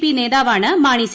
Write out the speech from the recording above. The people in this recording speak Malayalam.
പി നേതാവാണ് മാണി സി